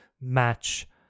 match